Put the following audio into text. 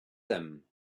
them